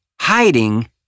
hiding